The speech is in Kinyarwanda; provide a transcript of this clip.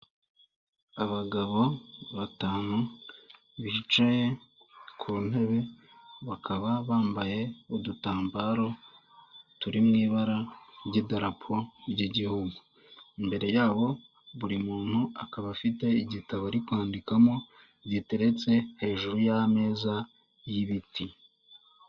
Abagabo batanu bicaye ku ntebe bakaba bambaye udutambaro turi mu ibara ry'idarapo ry'igihu. Imbere yabo buri muntu akaba afite igitabo ari kwandikamo giteretse hejuru y'ameza y'ibiti.